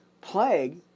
plague